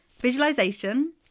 Visualization